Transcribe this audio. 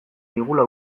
digula